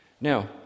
now